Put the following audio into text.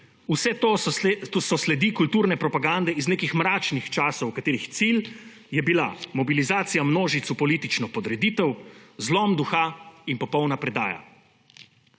vse to so sledi kulturne propagande iz nekih mračnih časov, katerih cilj je bila mobilizacija množic v politično podreditev, zlom duha in popolna predaja.